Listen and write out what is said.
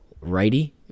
righty